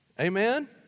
Amen